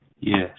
Yes